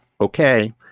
Okay